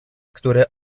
który